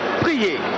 priez